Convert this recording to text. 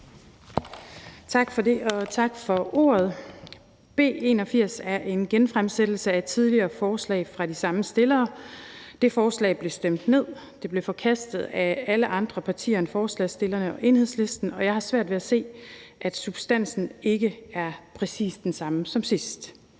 Bager (KF): Tak for ordet. B 81 er en genfremsættelse af et tidligere forslag fra de samme forslagsstillere. Det forslag blev stemt ned, det blev forkastet af alle andre end forslagsstillerne og Enhedslisten, og jeg har svært ved at se, at substansen ikke er præcis den samme som sidst,